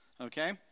Okay